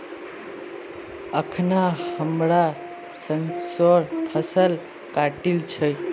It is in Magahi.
अखना हमरा सरसोंर फसल काटील छि